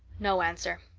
no answer.